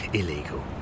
illegal